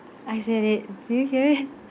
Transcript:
I said it do you hear it